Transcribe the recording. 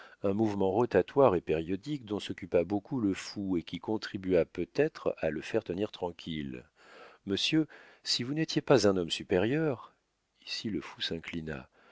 un mouvement rotatoire et périodique dont s'occupa beaucoup le fou et qui contribua peut-être à le faire tenir tranquille monsieur si vous n'étiez pas un homme supérieur ici le fou s'inclina